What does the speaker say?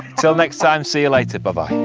till next time, see you later, but